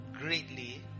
greatly